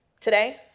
Today